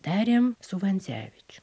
darėm su vancevičiu